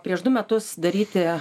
prieš du metus daryti